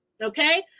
Okay